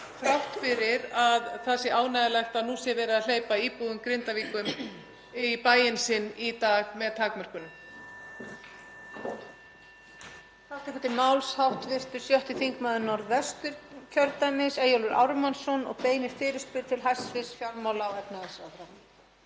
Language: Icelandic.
þrátt fyrir að það sé ánægjulegt að verið sé að hleypa íbúum Grindavíkur í bæinn sinn í dag með takmörkunum.